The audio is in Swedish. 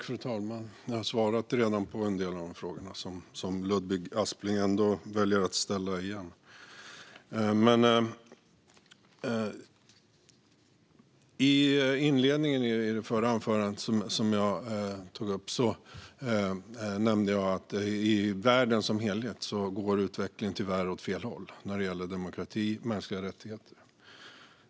Fru talman! Jag har redan svarat på en del av de frågor som Ludvig Aspling valde att ställa igen. I inledningen av mitt förra anförande nämnde jag att utvecklingen i världen som helhet tyvärr går åt fel håll när det gäller demokrati och mänskliga rättigheter.